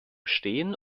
stehen